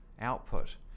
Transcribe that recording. output